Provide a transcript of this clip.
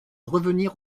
revenir